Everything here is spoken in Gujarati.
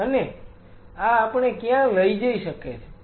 અને આ આપણે ક્યાં લઈ જઈ શકે છે